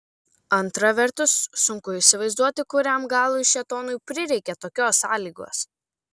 antra vertus sunku įsivaizduoti kuriam galui šėtonui prireikė tokios sąlygos